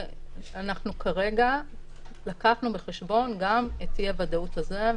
אנחנו כרגע לקחנו בחשבון גם את אי הוודאות הזה,